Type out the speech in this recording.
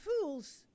fools